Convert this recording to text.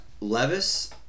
Levis